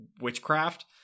witchcraft